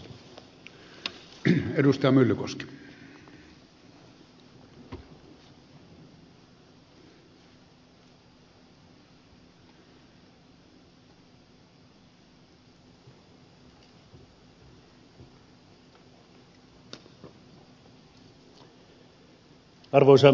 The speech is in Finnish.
arvoisa puhemies